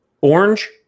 Orange